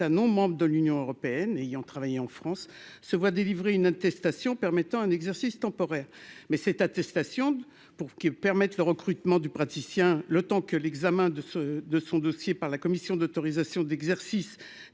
non membre de l'Union européenne ayant travaillé en France se voient délivrer une attestation permettant un exercice temporaire mais cette attestation d'pour qui permette le recrutement du praticien, le temps que l'examen de ce de son dossier par la commission d'autorisation d'exercice